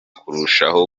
kurushaho